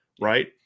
Right